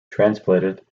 transplanted